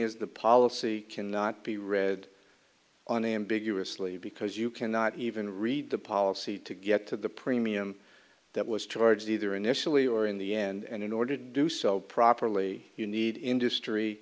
is the policy cannot be read on ambiguously because you cannot even read the policy to get to the premium that was charged either initially or in the end in order to do so properly you need industry